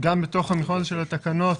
בתוך המכלול של התקנות,